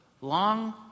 long